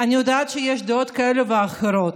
אני יודעת שיש דעות כאלה ואחרות,